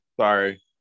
Sorry